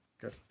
Good